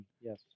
Yes